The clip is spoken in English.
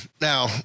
Now